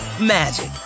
magic